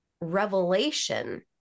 revelation